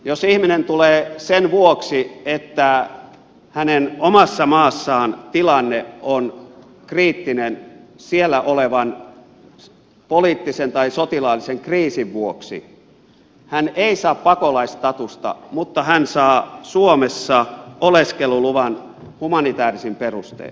jos ihminen tulee sen vuoksi että hänen omassa maassaan tilanne on kriittinen siellä olevan poliittisen tai sotilaallisen kriisin vuoksi hän ei saa pakolaisstatusta mutta hän saa suomessa oleskeluluvan humanitäärisin perustein